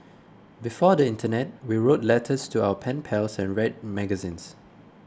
before the internet we wrote letters to our pen pals and read magazines